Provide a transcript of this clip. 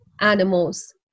animals